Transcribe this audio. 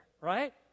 right